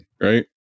right